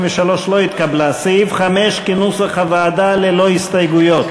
סעיף 5 כנוסח הוועדה ללא הסתייגויות.